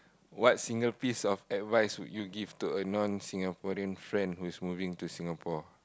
what single piece of advice would you give to a non-Singaporean friend who is moving to Singapore